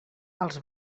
els